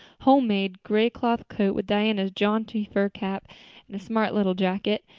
homemade gray-cloth coat with diana's jaunty fur cap and smart little jacket.